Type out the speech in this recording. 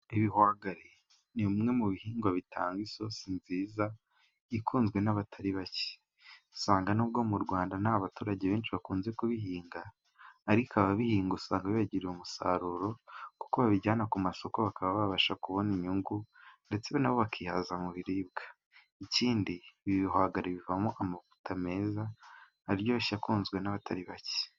Ibihwagari, ni bimwe mu bihingwa bitanga isosi nziza ikunzwe n'abatari bake, usanga n'ubwo mu Rwanda nta baturage benshi bakunze kubihinga, ariko ababihinga usanga bagira umusaruro kuko babijyana ku masoko, bakaba babasha kubona inyungu ndetse nabo bakihaza mu biribwa, ikindi ibiwahagari bivamo amavuta meza, aryoshye akunzwe n'abatari bake.